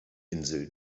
insel